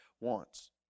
wants